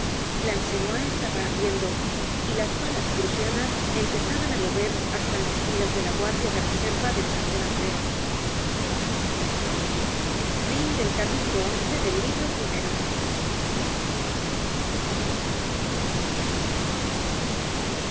plancenoit estaba ardiendo y las balas prusianas empezaban á llover hasta en las filas de la guardia de reserva detrás de napoleon